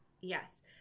Yes